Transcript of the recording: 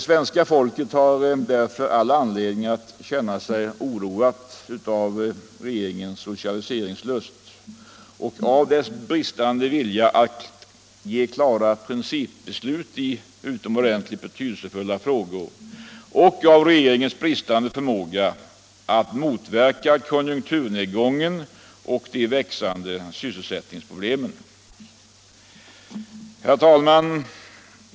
Svenska folket har därför all anledning att känna sig oroat av regeringens socialiseringslust, av dess bristande vilja att ge klara principbesked i utomordentligt betydelsefulla frågor och av dess bristande förmåga att motverka konjunkturnedgången och de växande sysselsättningsproblemen.